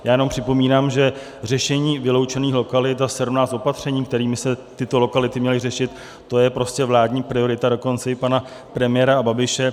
Já jenom připomínám, že řešení vyloučených lokalit a sedmnáct opatření, kterými se tyto lokality měly řešit, to je prostě vládní priorita dokonce i pana premiéra Babiše.